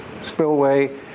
spillway